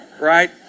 Right